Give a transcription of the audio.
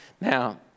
Now